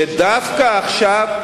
שדווקא עכשיו,